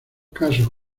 casos